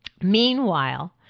Meanwhile